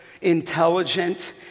intelligent